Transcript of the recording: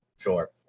Sure